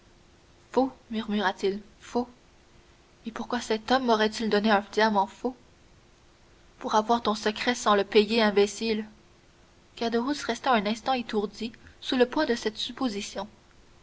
murmura-t-il faux et pourquoi cet homme m'aurait-il donné un diamant faux pour avoir ton secret sans le payer imbécile caderousse resta un instant étourdi sous le poids de cette supposition